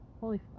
holy